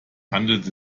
handelt